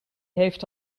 heeft